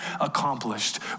accomplished